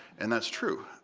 and that's true.